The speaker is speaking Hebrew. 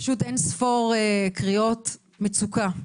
פשוט אין ספור קריאות מצוקה.